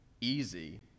easy